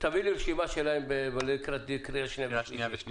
תביא לי רשימה שלהם לקראת ההכנה לקריאה שנייה ושלישית.